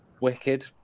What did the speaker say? wicked